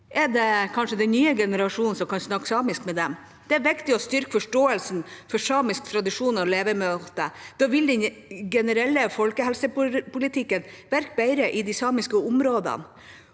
er det kanskje den nye generasjonen som kan snakke samisk med dem. Det er viktig å styrke forståelsen for samisk tradisjon og levemåte. Da vil den generelle folkehelsepolitikken virke bedre i den samiske